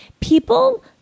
people